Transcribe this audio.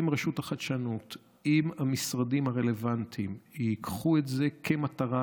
אם רשות החדשנות ואם המשרדים הרלוונטיים ייקחו את זה כמטרה,